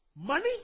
money